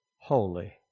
Holy